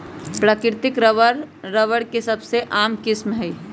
प्राकृतिक rubber, rubber के सबसे आम किस्म हई